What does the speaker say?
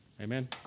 Amen